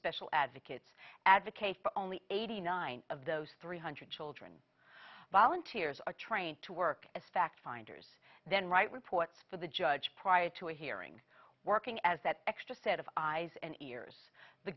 special advocates advocate for only eighty nine of those three hundred children volunteers are trained to work as fact finders then write reports for the judge prior to a hearing working as that extra set of eyes and ears the